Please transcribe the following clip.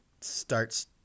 starts